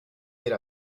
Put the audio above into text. dir